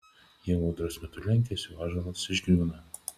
ieva audros metu lenkiasi o ąžuolas išgriūna